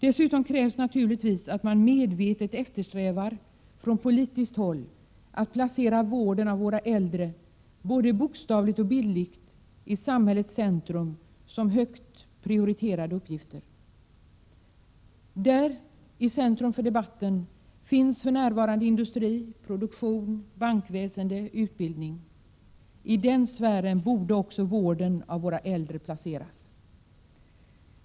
Dessutom krävs naturligtvis att man från politiskt håll medvetet eftersträvar att placera vården av våra äldre — både bokstavligt och bildligt — i samhällets centrum och att dess uppgifter ges en hög prioritet. För närvarande är det industri, produktion, bankväsende och utbildning som står i centrum för debatten. I denna sfär borde också vården av våra äldre placeras.